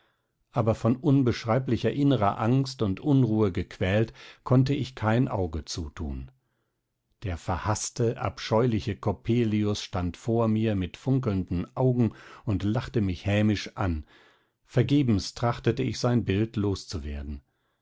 aber von unbeschreiblicher innerer angst und unruhe gequält konnte ich kein auge zutun der verhaßte abscheuliche coppelius stand vor mir mit funkelnden augen und lachte mich hämisch an vergebens trachtete ich sein bild